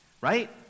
right